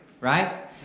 right